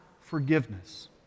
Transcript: forgiveness